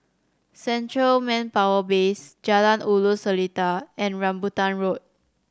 Central Manpower Base Jalan Ulu Seletar and Rambutan Road